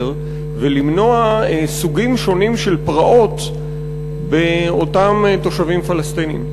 ולמנוע סוגים שונים של פרעות באותם תושבים פלסטינים.